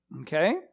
okay